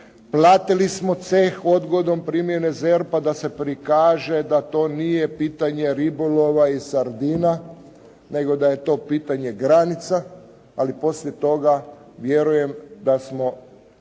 Platili smo ceh odgode primjene ZERP-a da se prikaže da to nije pitanje ribolova i sardina, nego da je to pitanje granica, ali poslije toga vjerujem da smo